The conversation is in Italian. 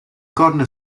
corna